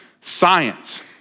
Science